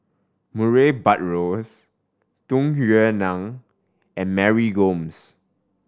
Murray Buttrose Tung Yue Nang and Mary Gomes